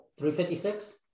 356